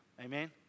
Amen